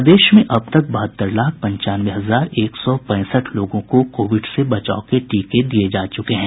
प्रदेश में अब तक बहत्तर लाख पंचानवे हजार एक सौ पैंसठ लोगों को कोविड से बचाव के टीके दिए जा चुके हैं